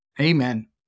Amen